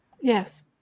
yes